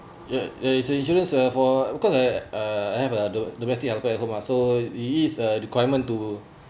ya ya it's uh insurance uh for because I uh I have a domestic helper at home uh so it is a requirement to